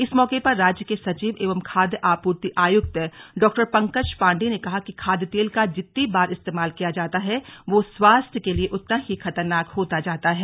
इस मौके पर राज्य के सचिव एवं खाद्य आपूर्ति आयुक्त डॉ पंकज पांडेय ने कहा कि खाद्य तेल का जितनी बार इस्तेमाल किया जाता है वह स्वास्थ्य के लिए उतना ही खतरनाक होता जाता है